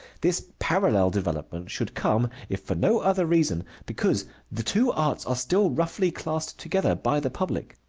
this parallel development should come, if for no other reason, because the two arts are still roughly classed together by the public.